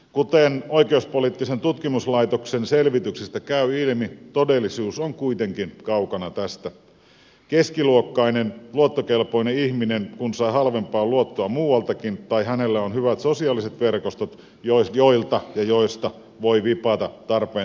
kuten oikeuspoliittisen tutkimuslaitoksen selvityksestä käy ilmi todellisuus on kuitenkin kaukana tästä keskiluokkainen luottokelpoinen ihminen kun saa halvempaa luottoa muualtakin tai hänellä on hyvät sosiaaliset verkostot joilta ja joista voi vipata tarpeen tullen